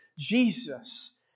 Jesus